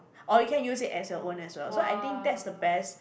or you can use it as your own as well so I think that's the best